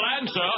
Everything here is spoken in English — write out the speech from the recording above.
answer